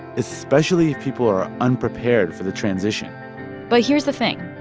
especially if people are unprepared for the transition but here's the thing.